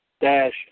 dash